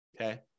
Okay